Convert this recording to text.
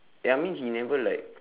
eh I mean he never like